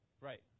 Right